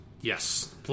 Yes